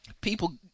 People